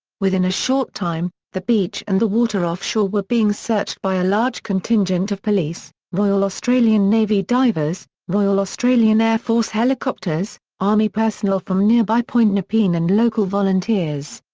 within a short time, the beach and the water off shore were being searched by a large contingent of police, royal australian navy divers, royal australian air force helicopters, army personnel from nearby point nepean and local volunteers.